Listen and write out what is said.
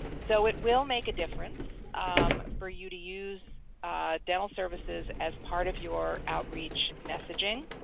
so it will make a difference for you to use dental services as part of your outreach messaging.